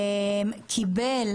קיבל